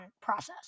process